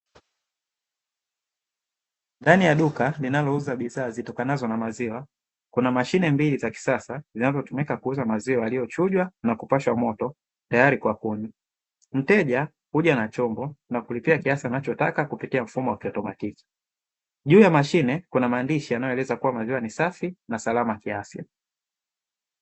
Duka linalouza bidhaa zitokanazo na maziwa kuna mashine mbili za kisasa zinavyotumika kuuza maziwa yaliyochujwa na kupashwa moto, tayari kwa kuni mteja huja na chombo na kulipia kiasi anachotaka kupitia mfumo wa kike juu ya mashine kuna maandishi yanayoeleza kuwa maziwa ni safi na salama kiasi.